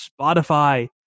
Spotify